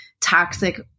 Toxic